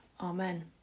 Amen